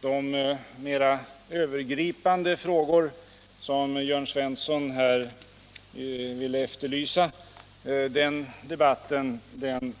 Den mera övergripande debatt som Jörn Svensson i Malmö här efterlyste